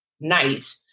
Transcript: night